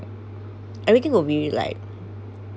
everything will be like